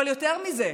אבל יותר מזה,